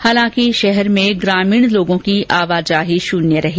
हालांकि शहर में ग्रामीण लोगों की आवाजाही शून्य रही